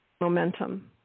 momentum